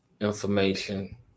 information